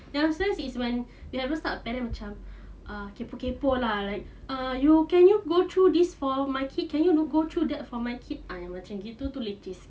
yang stress is when you haven't start the parent macam ah kepoh kepoh lah like you can you go through this for my kid can you look can you go through that for my kid ah macam gitu tu leceh sikit